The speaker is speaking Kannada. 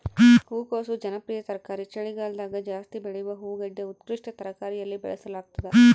ಹೂಕೋಸು ಜನಪ್ರಿಯ ತರಕಾರಿ ಚಳಿಗಾಲದಗಜಾಸ್ತಿ ಬೆಳೆಯುವ ಹೂಗಡ್ಡೆ ಉತ್ಕೃಷ್ಟ ತರಕಾರಿಯಲ್ಲಿ ಬಳಸಲಾಗ್ತದ